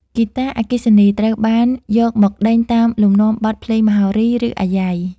ហ្គីតាអគ្គិសនី ត្រូវបានយកមកដេញតាមលំនាំបទភ្លេងមហោរី ឬអាយ៉ៃ។